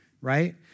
right